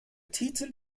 titel